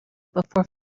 before